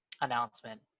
announcement